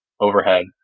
overhead